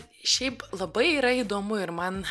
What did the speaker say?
šiaip labai yra įdomu ir man